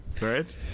Right